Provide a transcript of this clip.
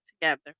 together